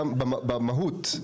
גם במהות,